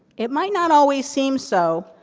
it might not always seem so,